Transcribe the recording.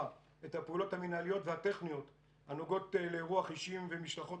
את הפעולות המינהליות והטכניות הנוגעות לאירוח אישים ומשלחות